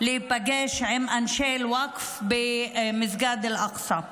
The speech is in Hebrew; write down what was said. להיפגש עם אנשי אל-וקף במסגד אל-אקצא,